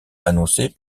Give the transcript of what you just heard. annoncés